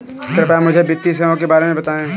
कृपया मुझे वित्तीय सेवाओं के बारे में बताएँ?